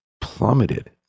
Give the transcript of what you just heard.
plummeted